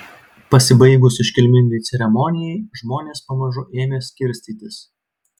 pasibaigus iškilmingai ceremonijai žmonės pamažu ėmė skirstytis